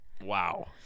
Wow